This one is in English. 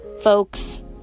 folks